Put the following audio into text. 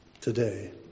today